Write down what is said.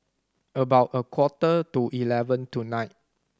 about a quarter to eleven tonight